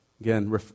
Again